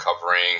covering